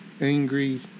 angry